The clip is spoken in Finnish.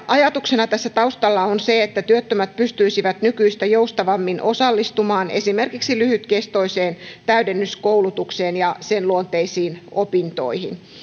ajatuksena tässä taustalla on se että työttömät pystyisivät nykyistä joustavammin osallistumaan esimerkiksi lyhytkestoiseen täydennyskoulutukseen ja sen luonteisiin opintoihin